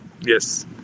Yes